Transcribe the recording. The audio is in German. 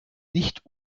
nicht